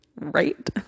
right